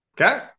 okay